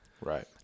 Right